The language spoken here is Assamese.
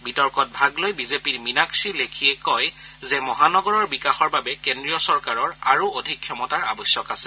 বিতৰ্কত ভাগ লৈ বিজেপিৰ মীনাক্ষি লেখীয়ে কয় যে মহানগৰৰ বিকাশৰ বাবে কেন্দ্ৰীয় চৰকাৰৰ আৰু অধিক ক্ষমতাৰ আৱশ্যক আছে